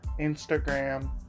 Instagram